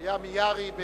היה מיעארי.